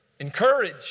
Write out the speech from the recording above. encourage